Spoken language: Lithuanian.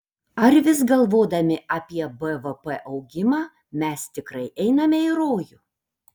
ar vis galvodami apie bvp augimą mes tikrai einame į rojų